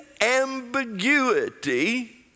ambiguity